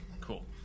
Cool